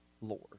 Lord